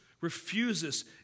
refuses